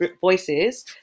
voices